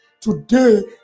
today